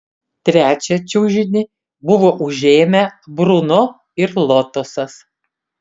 trečią čiužinį buvo užėmę bruno ir lotosas